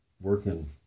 Working